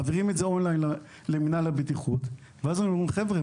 מעבירים את הצילום און-ליין למינהל הבטיחות ואז הם אומרים: חבר'ה,